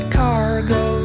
cargo